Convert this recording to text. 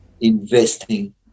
investing